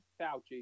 Fauci